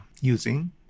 using